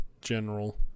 general